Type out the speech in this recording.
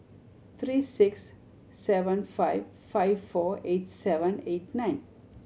three six seven five five four eight seven eight nine